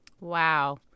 Wow